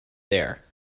there